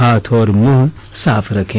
हाथ और मुंह साफ रखें